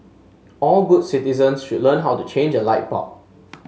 all good citizens should learn how to change a light bulb